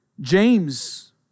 James